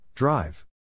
Drive